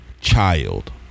child